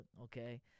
okay